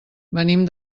venim